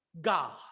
God